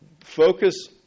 focus